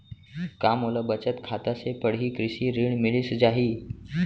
का मोला बचत खाता से पड़ही कृषि ऋण मिलिस जाही?